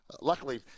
Luckily